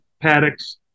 paddocks